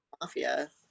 mafia